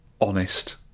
Honest